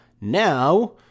Now